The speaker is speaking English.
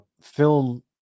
film